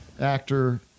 actor